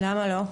למה לא?